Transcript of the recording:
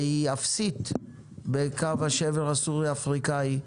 והיא אפסית בקו השבר הסורי-אפריקני.